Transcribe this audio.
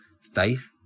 Faith